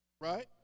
right